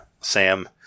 Sam